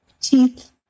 teeth